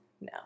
No